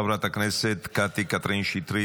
חברת הכנסת קטי קטרין שטרית,